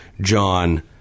John